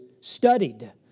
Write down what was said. Studied